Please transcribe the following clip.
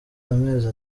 amezi